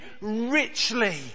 richly